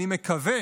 אני מקווה